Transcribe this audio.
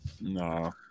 No